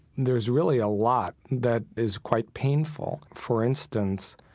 there's really a lot that is quite painful. for instance,